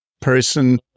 person